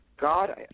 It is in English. God